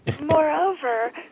Moreover